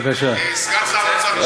סגן שר האוצר,